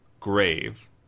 grave